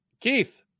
Keith